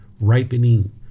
ripening